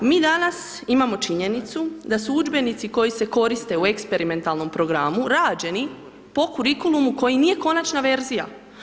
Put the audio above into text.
Mi danas imamo činjenicu da su udžbenici koji se koriste u eksperimentalnom programu rađeni po kurikulumu koji nije konačna verzija.